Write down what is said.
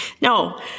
No